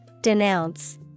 Denounce